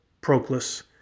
Proclus